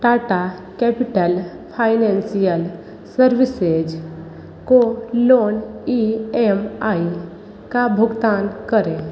Tata capital financial services को loan E M I का भुगतान करें